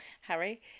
Harry